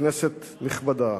כנסת נכבדה,